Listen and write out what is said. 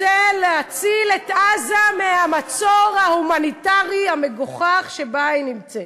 רוצה להציל את עזה מהמצור ההומניטרי המגוחך שבו היא נמצאת.